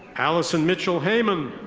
allison mitchell haymond.